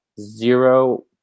zero